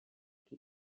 qui